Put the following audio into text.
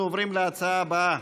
35 בעד,